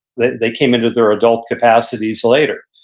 they they came into their adult capacities later.